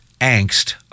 angst